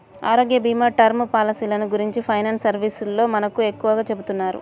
ఆరోగ్యభీమా, టర్మ్ పాలసీలను గురించి ఫైనాన్స్ సర్వీసోల్లు మనకు ఎక్కువగా చెబుతున్నారు